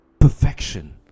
perfection